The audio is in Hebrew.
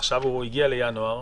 עכשיו הוא הגיע לינואר.